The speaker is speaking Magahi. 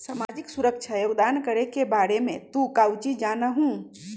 सामाजिक सुरक्षा योगदान करे के बारे में तू काउची जाना हुँ?